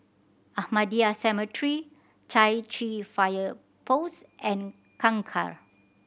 Ahmadiyya Cemetery Chai Chee Fire Post and Kangkar